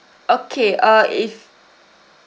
okay uh if